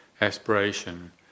aspiration